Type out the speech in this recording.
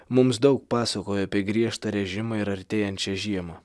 mums daug pasakojo apie griežtą režimą ir artėjančią žiemą